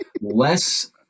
Less